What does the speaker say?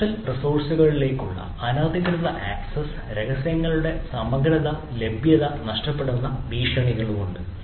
virtual റിസോഴ്സുകളിലേക്കുള്ള അനധികൃത access രഹസ്യങ്ങളുടെ സമഗ്രത ലഭ്യത നഷ്ടപ്പെടുന്ന ഭീഷണികളുണ്ട്